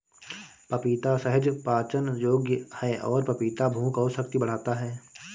पपीता सहज पाचन योग्य है और पपीता भूख और शक्ति बढ़ाता है